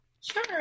Sure